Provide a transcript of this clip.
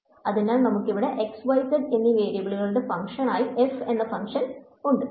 അതിനാൽ നമുക്കിവിടെ xyz എന്നീ വേരിയബിളുകളുടെ ഫങ്ക്ഷൻ ആയി f എന്ന ഫങ്ക്ഷൻ ഉണ്ട്